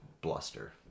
bluster